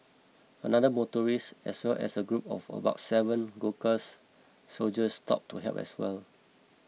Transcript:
another motorist as well as a group of about seven Gurkha soldiers stopped to help as well